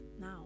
now